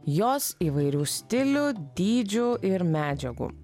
jos įvairių stilių dydžių ir medžiagų